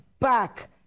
back